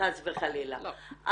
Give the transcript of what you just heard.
חס וחלילה,